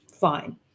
Fine